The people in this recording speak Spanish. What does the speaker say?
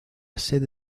sede